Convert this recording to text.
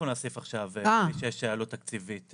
אני מצווה לאמור: הארכת 1. תקופת הזכאות האמורה